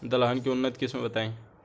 दलहन के उन्नत किस्म बताई?